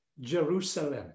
jerusalem